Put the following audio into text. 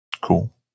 Cool